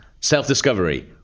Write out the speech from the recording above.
Self-discovery